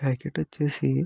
ఆ ప్యాకెట్ వచ్చేసి